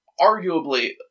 Arguably